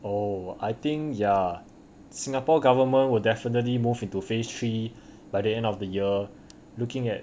oh I think ya singapore government will definitely move into phase three by the end of the year looking at